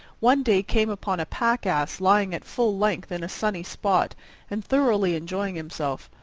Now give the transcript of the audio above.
one day came upon a pack-ass lying at full length in a sunny spot and thoroughly enjoying himself.